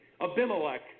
Abimelech